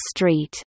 Street